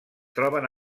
troben